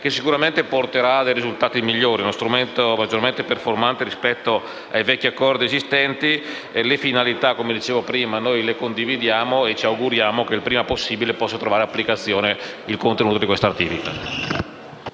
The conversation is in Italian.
che sicuramente porterà a dei risultati migliori; uno strumento maggiormente performante rispetto ai vecchi accordi esistenti. Come dicevo prima, condividiamo le finalità e ci auguriamo che il prima possibile possa trovare applicazione il contenuto di questa ratifica.